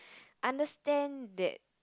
understand that